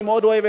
אני מאוד אוהב,